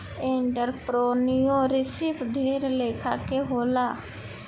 entrepreneurship ढेर लेखा के होला